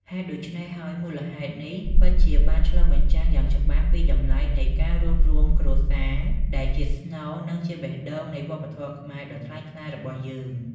ហេតុដូច្នេះហើយ មូលហេតុនេះពិតជាបានឆ្លុះបញ្ចាំងយ៉ាងច្បាស់ពីតម្លៃនៃ ការរួបរួមគ្រួសារ ដែលជាស្នូល និងជាបេះដូងនៃវប្បធម៌ខ្មែរដ៏ថ្លៃថ្លារបស់យើង។